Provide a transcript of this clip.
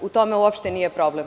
U tome uopšte nije problem.